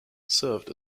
served